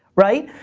right?